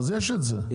אז יש את זה.